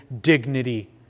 dignity